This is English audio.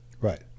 right